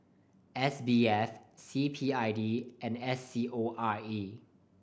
S B F C P I B and S C O R E